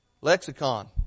Lexicon